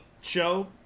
show